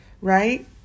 right